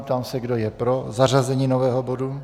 Ptám se, kdo je pro zařazení nového bodu.